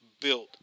built